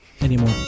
anymore